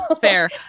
Fair